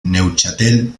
neuchâtel